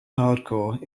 hardcore